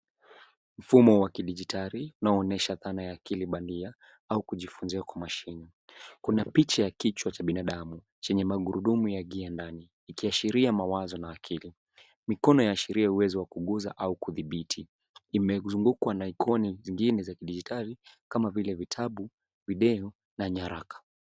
Mfumo wa kidijitali unaonyesha dhana ya akili badia au kujifunzia kwa mashine kuna picha ya kichwa cha binadamu chenye magurudumu yakienda ikiashiria mawazo na akili. Mikono yaashiria uwezo wa kuguza au kudhibiti imezungukwa na ikoni zingine za kidijitali kama vile vitabu, video na nyaraka.